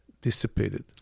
dissipated